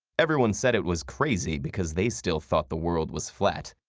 everyone said it was crazy because they still thought the world was flat,